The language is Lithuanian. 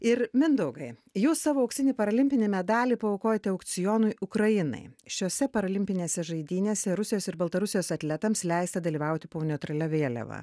ir mindaugai jūs savo auksinį parolimpinį medalį paaukojote aukcionui ukrainai šiose parolimpinėse žaidynėse rusijos ir baltarusijos atletams leista dalyvauti po neutralia vėliava